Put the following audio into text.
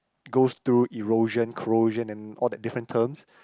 goes to erosion corrosion and all the different terms